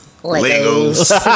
Legos